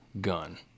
gun